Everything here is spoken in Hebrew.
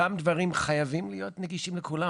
אותם דברים חייבים להיות נגישים לכולם,